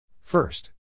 First